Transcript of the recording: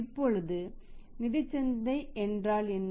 இப்பொழுது நிதிச் சந்தை என்றால் என்ன